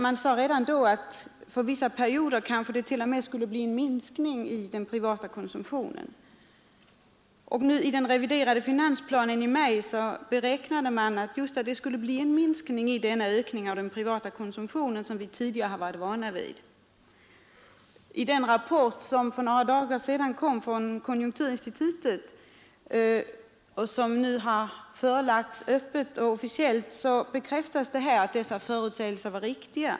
Man sade redan då att det för vissa perioder kanske t.o.m., skulle bli en minskning i den privata konsumtionen, I den reviderade finansplanen i maj beräknades att det skulle bli en minskning i den ökningen av den privata konsumtionen som vi tidigare varit vana vid. I den rapport som för några dagar sedan kom från konjunkturinstitutet och som nu framlagts öppet och officiellt bekräftas att dessa förutsägelser var riktiga.